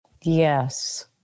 Yes